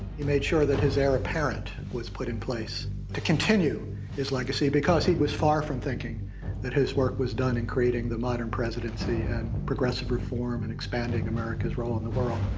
he made sure that his heir apparent was put in place to continue his legacy because he was far from thinking that his work was done in creating the modern presidency, and progressive reform, and expanding america's role in the world.